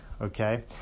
okay